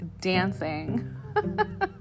dancing